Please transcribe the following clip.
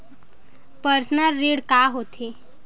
Personal ऋण का होथे?